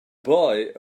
boy